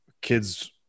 kids